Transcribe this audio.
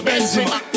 Benzema